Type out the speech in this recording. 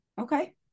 Okay